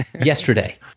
yesterday